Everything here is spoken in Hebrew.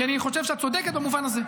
כי אני חושב שאת צודקת במובן הזה.